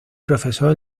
profesor